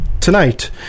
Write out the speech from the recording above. tonight